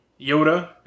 Yoda